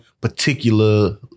particular